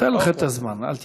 אני אתן לך את הזמן, אל תדאג.